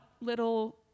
little